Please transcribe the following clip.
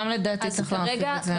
גם לדעתי צריך להרחיב את זה.